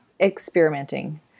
experimenting